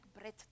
bread